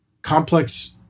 Complex